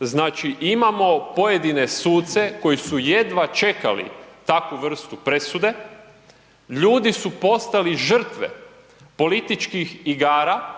Znači imamo pojedine suce koji su jedva čekali takvu vrstu presude, ljudi su postali žrtve političkih igara,